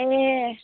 ए